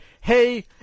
hey